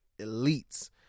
elites